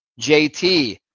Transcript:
JT